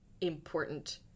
important